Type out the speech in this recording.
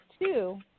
two